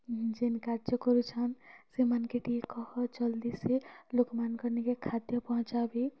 ଯେନ୍ କାର୍ଯ୍ୟ କରୁଛନ୍ ସେମାନେ କେ ଟିକେ କହ ଜଲ୍ଦି ସେ ଲୋକମାନଙ୍କର୍ ନିକେ ଖାଦ୍ୟ ପହଞ୍ଚାବି